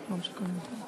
לא שמעתי.